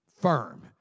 Firm